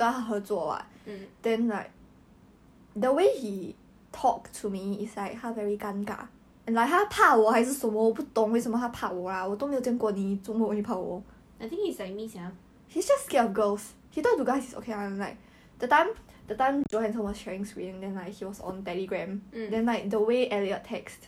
then off lah or I up the temperature wait ah you want what temperature 二十 it was nineteen okay 二十二可以吗 !hais! can I say no you ask for what